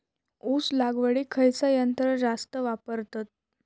ऊस लावडीक खयचा यंत्र जास्त वापरतत?